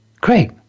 Great